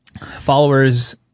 followers